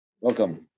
Welcome